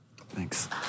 Thanks